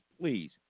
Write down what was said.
please